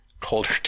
Colder